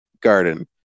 garden